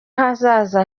hazaza